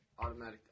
Automatic